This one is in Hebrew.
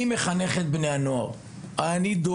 אני מחנך את בני הנוער ודואג,